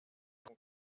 como